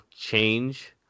change